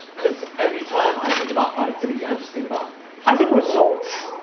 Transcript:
cause every time i think about productivity, i just think about i think results.